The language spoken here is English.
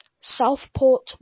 Southport